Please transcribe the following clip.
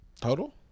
total